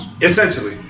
essentially